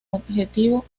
objetivo